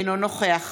אינו נוכח